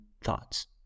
thoughts